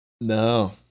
No